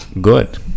good